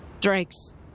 Drakes